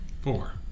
Four